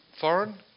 foreign